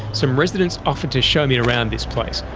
some residents offer to show me around this place,